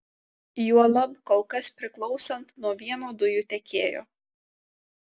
juolab kol kas priklausant nuo vieno dujų tiekėjo